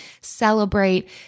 celebrate